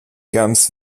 ganz